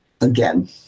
Again